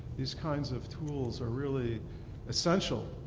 these kinds of tools are really essential,